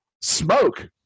smoke